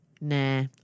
Nah